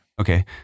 Okay